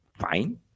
fine